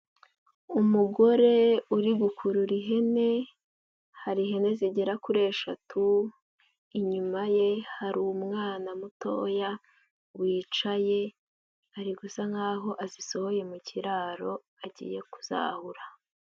Umugore uri gukurura ihene, hari ihene zigera kuri eshatu, inyuma ye hari umwana mutoya wicaye, ari gusa nkaho azisohoye mu kiraro agiye kuzahura.